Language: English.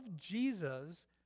Jesus